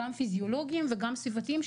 גם פיזיולוגיים וגם סביבתיים,